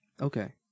Okay